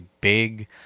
big